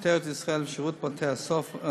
משטרת ישראל ושירות בתי-הסוהר.